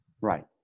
Right